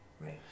Right